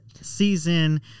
season